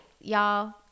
y'all